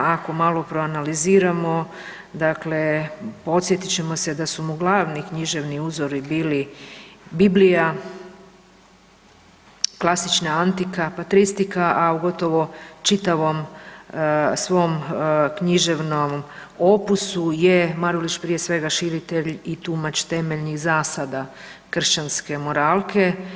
Ako malo proanaliziramo podsjetit ćemo se da su mu glavni književni uzori bili Biblija, klasična antika, patristika, a u gotovo čitavom svom književnom opusu je Marulić prije svega širitelj i tumače temeljnih zasada kršćanske moralke.